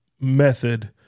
method